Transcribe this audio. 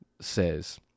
says